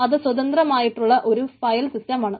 അത് സ്വതന്ത്രമായിട്ടുള്ള ഒരു ഫയൽ സിസ്റ്റമാണ്